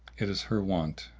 it is her wont,